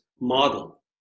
model